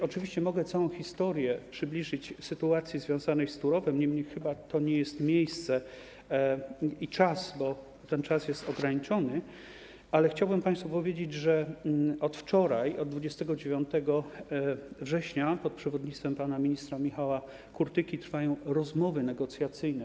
Oczywiście mogę przybliżyć całą historię sytuacji związanych z Turowem, niemniej jednak chyba to nie jest miejsce ani czas, bo ten czas jest ograniczony, ale chciałbym państwu powiedzieć, że od wczoraj, od 29 września, pod przewodnictwem pana ministra Michała Kurtyki trwają rozmowy negocjacyjne.